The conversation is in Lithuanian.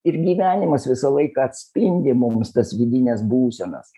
ir gyvenimas visą laiką atspindi mums tas vidines būsenas